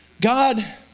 God